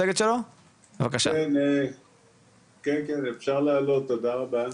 אני רוצה רק לומר כמה מלים על הנושא של עזיבת מורים חדשים,